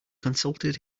consulted